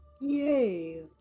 yay